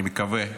אני מקווה,